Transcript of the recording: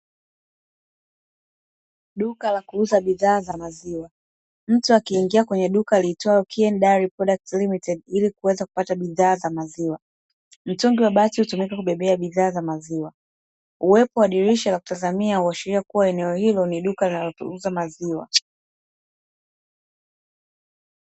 Duka la kuuza bidhaa za maziwa. Mtu akiingia kwenye duka liitwalo "KIEN DIARY PRODUCT LTD" ili kuweza kupata bidhaa za maziwa. Mtungi wa bati hutumika kubebea bidhaa za maziwa. Uwepo wa dirisha la kutazamia huashiria kuwa eneo hilo ni duka linalouza maziwa.